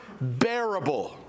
bearable